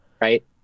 Right